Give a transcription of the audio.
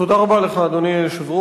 תודה רבה לך, אדוני היושב-ראש.